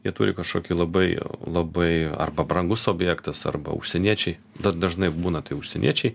jie turi kažkokį labai labai arba brangus objektas arba užsieniečiai dažnai būna tai užsieniečiai